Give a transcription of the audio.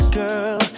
girl